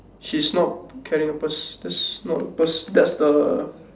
she's not carrying a purse that's not a purse that's the